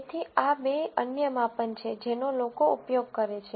તેથી આ બે અન્ય માપન છે જેનો લોકો ઉપયોગ કરે છે